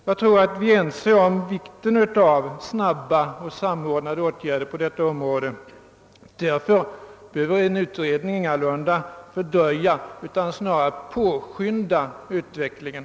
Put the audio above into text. Jag tror att vi är överens om vikten av snabba och samordnade åtgärder på detta område, en utredning behöver därför ingalunda fördröja utvecklingen, utan snarare påskynda denna.